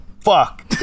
Fuck